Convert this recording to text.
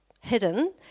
hidden